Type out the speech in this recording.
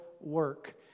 work